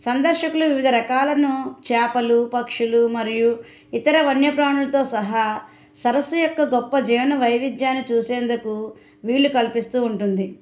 సందర్శకులు వివిధ రకాలను చాపలు పక్షులు మరియు ఇతర వన్యప్రాణులతో సహా సరస్సు యొక్క గొప్ప జీవన వైవిధ్యాన్ని చూసేందుకు వీలు కల్పిస్తూ ఉంటుంది